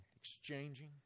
exchanging